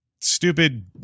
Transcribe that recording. stupid